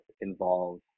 involve